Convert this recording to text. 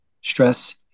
stress